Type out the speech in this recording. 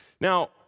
Now